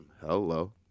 hello